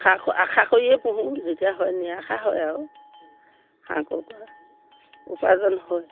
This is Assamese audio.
আশা আশা কৰিয়ে পুহোঁ যেতিয়া হয় নিৰাশা হয় আৰু হাঁহ কুকুৰা উপাৰ্জন হয়